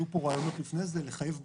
עלו פה רעיונות לפני זה, לחייב בתים.